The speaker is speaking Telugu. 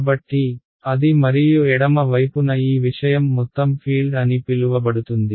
కాబట్టి అది మరియు ఎడమ వైపున ఈ విషయం మొత్తం ఫీల్డ్ అని పిలువబడుతుంది